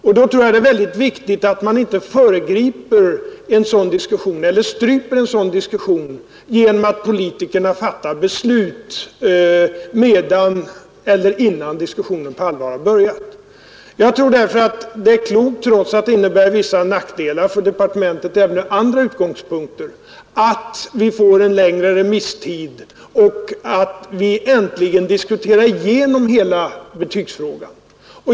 Under sådana förhållanden tror jag att det är mycket viktigt att en dylik diskussion inte föregrips eller stryps genom att politikerna fattar beslut medan den pågår eller innan den på allvar har börjat. Jag tror därför att det är klokt, trots att det innebär vissa nackdelar för departementet även från andra utgångspunkter, att vi får en längre remisstid och att vi äntligen diskuterar igenom hela betygsfrågan.